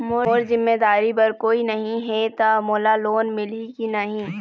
मोर जिम्मेदारी बर कोई नहीं हे त मोला लोन मिलही की नहीं?